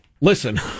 Listen